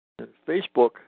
Facebook